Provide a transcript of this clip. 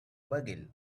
bugle